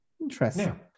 Interesting